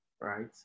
right